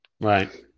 Right